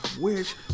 wish